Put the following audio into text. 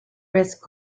wrist